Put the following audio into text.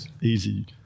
easy